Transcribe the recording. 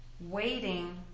waiting